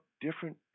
different